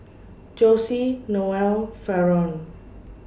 Jossie Noel Faron